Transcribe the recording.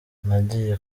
nagiye